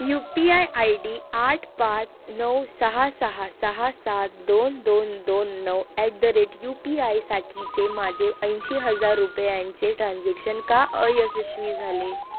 you P I I D आठ पाच नऊ सहा सहा सहा सात दोन दोन दोन नऊ at the rate U P आयसाठीचे माझे ऐंशी हजार रुपयांचे ट्रान्झॅक्शन का अयशस्वी झाले